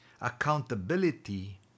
Accountability